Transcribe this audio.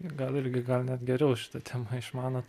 i gal irgi gal net geriau šitą temą išmanot